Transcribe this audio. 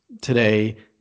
today